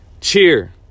cheer